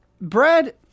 Brad